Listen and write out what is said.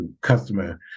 customer